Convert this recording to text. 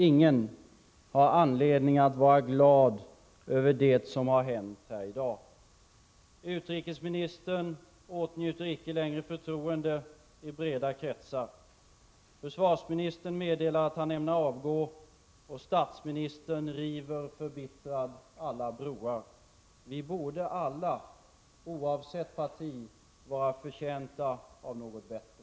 Ingen har anledning att vara glad över det som har hänt här i dag. Utrikesministern åtnjuter icke längre förtroende i breda kretsar. Försvarsministern meddelar att han ämnar avgå, och statsministern river förbittrad alla broar. Vi borde alla, oavsett parti, vara förtjänta av något bättre.